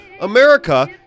America